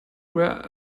were